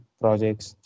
projects